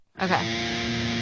Okay